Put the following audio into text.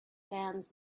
sands